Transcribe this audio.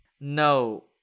No